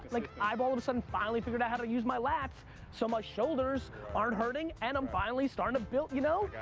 like i've all of a sudden finally figured out how to use my laps so my shoulders aren't hurting and i'm finally starting to build. you know? got